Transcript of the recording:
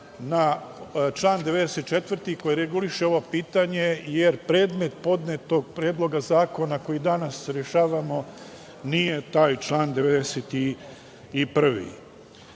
na član 94. koji reguliše ovo pitanje, jer predmet podnetog Predloga zakona koji danas rešavamo nije taj član 91.